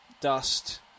dust